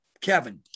Kevin